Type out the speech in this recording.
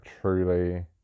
truly